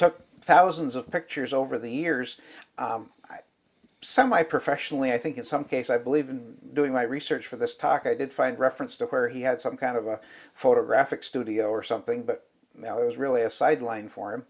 took thousands of pictures over the years semi professionally i think in some case i believe in doing my research for this talk i did find reference to where he had some kind of a photographic studio or something but it was really a sideline for him